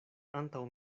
antaŭ